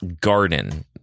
garden